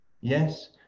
Yes